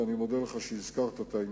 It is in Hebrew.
ואני מודה לך על שהזכרת אותו.